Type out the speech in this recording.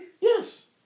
Yes